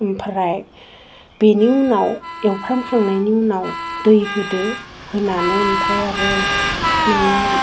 आमफ्राय बेनि उनाव एवफ्राम खांनायनि उनाव दै होदो होनानै आमफ्राय आरो नोङो